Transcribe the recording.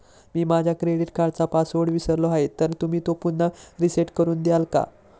मी माझा क्रेडिट कार्डचा पासवर्ड विसरलो आहे तर तुम्ही तो पुन्हा रीसेट करून द्याल का?